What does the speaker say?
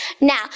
now